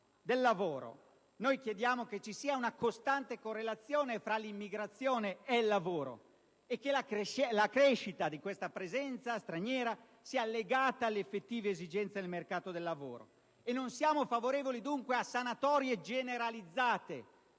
del lavoro. Chiediamo che ci sia una costante correlazione fra l'immigrazione e il lavoro e che la crescita della presenza straniera sia legata alle effettive esigenze del mercato del lavoro. Dunque, non siamo favorevoli a sanatorie generalizzate